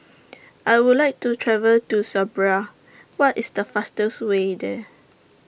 I Would like to travel to Serbia What IS The fastest Way There